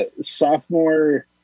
sophomore